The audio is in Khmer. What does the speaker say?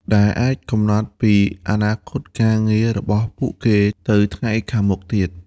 ដែលអាចកំណត់ពីអនាគតការងាររបស់ពួកគេទៅថ្ងៃខាងមុខទៀត។